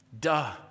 Duh